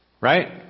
Right